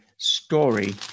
Story